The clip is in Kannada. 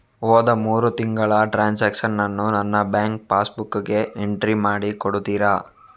ಹೋದ ಮೂರು ತಿಂಗಳ ಟ್ರಾನ್ಸಾಕ್ಷನನ್ನು ನನ್ನ ಬ್ಯಾಂಕ್ ಪಾಸ್ ಬುಕ್ಕಿಗೆ ಎಂಟ್ರಿ ಮಾಡಿ ಕೊಡುತ್ತೀರಾ?